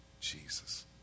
Jesus